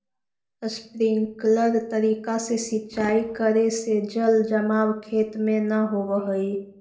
sprinkler तरीका से सिंचाई करे से जल जमाव खेत में न होवऽ हइ